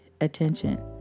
attention